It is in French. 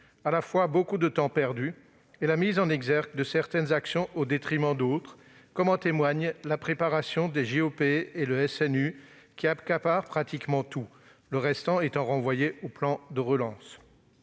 À la fois beaucoup de temps perdu et la mise en exergue de certaines actions au détriment d'autres, comme en témoignent la préparation des jeux Olympiques et Paralympiques et le SNU, qui accaparent pratiquement tout, le reste étant renvoyé au plan de relance.